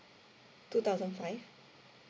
two thousand five